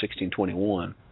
1621